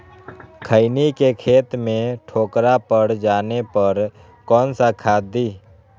खैनी के खेत में ठोकरा पर जाने पर कौन सा खाद दी?